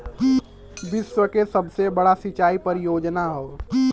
विश्व के सबसे बड़ा सिंचाई परियोजना हौ